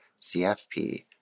CFP